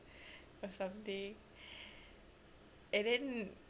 or something and then